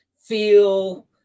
feel